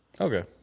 Okay